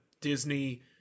Disney